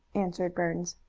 answered burns.